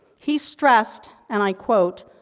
he stressed, and i quote,